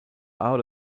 out